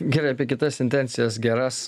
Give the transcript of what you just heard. gerai apie kitas intencijas geras